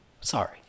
sorry